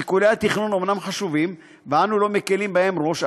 שיקולי התכנון אומנם חשובים ואנו לא מקילים בהם ראש,